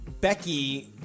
Becky